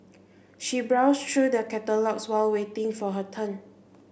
she browsed through the catalogues while waiting for her turn